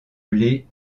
blé